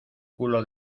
culo